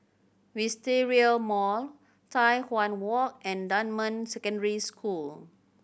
Wisteria Mall Tai Hwan Walk and Dunman Secondary School